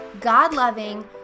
God-loving